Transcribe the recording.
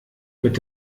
mit